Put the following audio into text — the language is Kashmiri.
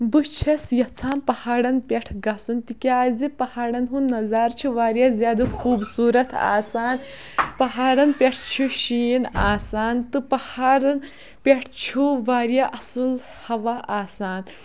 بہٕ چھَس یژھان پہاڑَن پٮ۪ٹھ گژھُن تِکیٛازِ پہاڑَن ہُنٛد نظارٕ چھِ واریاہ زیادٕ خوٗبصوٗرت آسان پہاڑن پٮ۪ٹھ چھِ شیٖن آسان تہٕ پہاڑَن پٮ۪ٹھ چھُ واریاہ اصٕل ہوا آسان